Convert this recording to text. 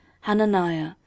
Hananiah